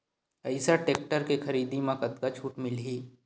Eicher tractor के खरीदी म कतका छूट मिलही?